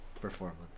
performance